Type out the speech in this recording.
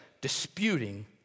disputing